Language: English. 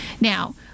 Now